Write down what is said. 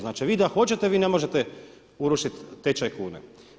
Znači, vi da hoćete vi ne možete urušit tečaj kune.